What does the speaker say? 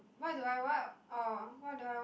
what do I what orh what do I want